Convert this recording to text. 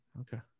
Okay